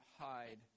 hide